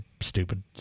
stupid